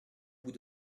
bout